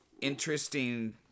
interesting